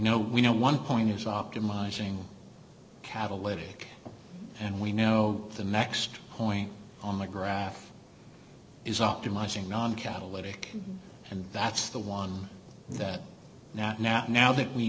know we know one point is optimizing catalytic and we know the next point on the graph is optimizing non catalytic and that's the one that not not now that we